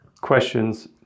questions